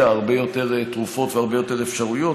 הרבה יותר תרופות והרבה יותר אפשרויות,